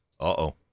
Uh-oh